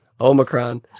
omicron